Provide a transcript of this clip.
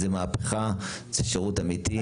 זו מהפכה, זה שירות אמיתי.